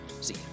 See